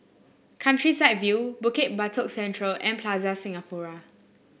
Countryside View Bukit Batok Central and Plaza Singapura